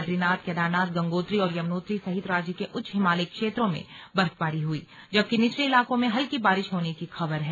बदरीनाथ केदारनाथ गंगोत्री और यमुनोत्री सहित राज्य के उच्च हिमालयी क्षेत्रों में बर्फबारी हई जबकि निचले इलाकों में हल्की बारिश होने की खबर है